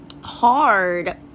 hard